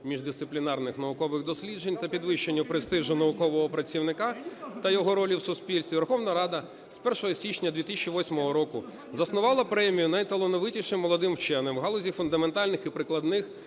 міждисциплінарних наукових досліджень та підвищення престижу наукового працівника та його ролі в суспільстві Верховна Рада з 1 січня 2008 року заснувала Премію найталановитішим молодим ученим в галузі фундаментальних і прикладних